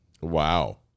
Wow